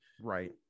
Right